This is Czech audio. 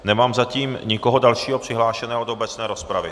Nemám zatím nikoho dalšího přihlášeného do obecné rozpravy.